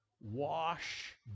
wash